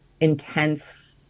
intense